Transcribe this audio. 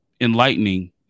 enlightening